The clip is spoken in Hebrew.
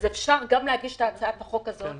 אז אפשר להגיש גם להגיש את הצעת החוק הזאת,